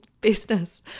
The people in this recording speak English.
business